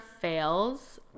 fails